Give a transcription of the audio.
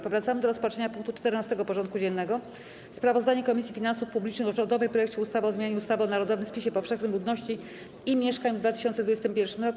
Powracamy do rozpatrzenia punktu 14. porządku dziennego: Sprawozdanie Komisji Finansów Publicznych o rządowym projekcie ustawy o zmianie ustawy o narodowym spisie powszechnym ludności i mieszkań w 2021 r.